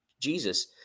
Jesus